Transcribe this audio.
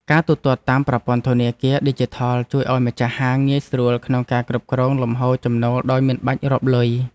ការទូទាត់តាមប្រព័ន្ធធនាគារឌីជីថលជួយឱ្យម្ចាស់ហាងងាយស្រួលក្នុងការគ្រប់គ្រងលំហូរចំណូលដោយមិនបាច់រាប់លុយ។